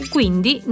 Quindi